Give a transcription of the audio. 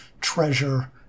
treasure